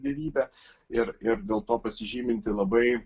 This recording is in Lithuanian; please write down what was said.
dievybė ir ir dėl to pasižyminti labai